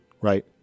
right